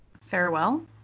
farewell